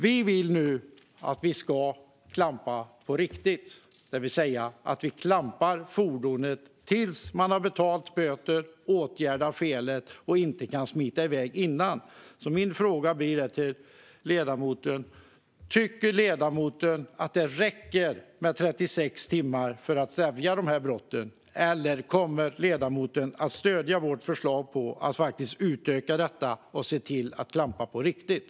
Vi vill nu att man verkligen klampar på riktigt, det vill säga att fordonet klampas tills böterna är betalda eller felet är åtgärdat, så att det inte går att smita iväg innan dess. Min fråga är om ledamoten tycker att det räcker med 36 timmar för att stävja de här brotten, eller om ledamoten kommer att stödja vårt förslag om att faktiskt utöka detta och se till att klampa på riktigt?